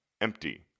empty